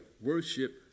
Worship